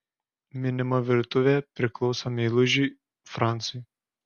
minima virtuvė priklauso meilužiui francui